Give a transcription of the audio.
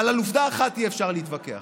אבל על עובדה אחת אי-אפשר להתווכח: